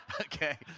okay